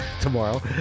tomorrow